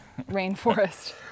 rainforest